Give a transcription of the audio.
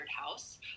house